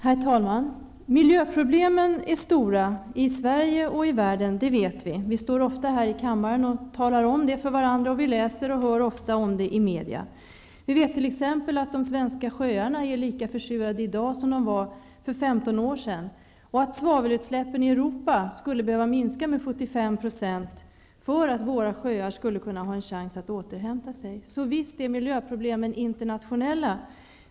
Herr talman! Miljöproblemen är stora i Sverige och i världen, det vet vi. Vi står ofta här i kammaren och talar om det för varandra, och vi läser och hör ofta om det i media. Vi vet t.ex. att de svenska sjöarna är lika försurade i dag som de var för 15 år sedan och att svavelutsläppen i Europa skulle behöva minskas med 75 % för att våra sjöar skall ha en chans att återhämta sig. Visst är miljöproblemen internationella.